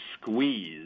squeeze